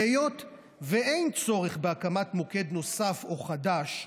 והיות שאין צורך בהקמת מוקד נוסף או חדש,